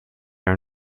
are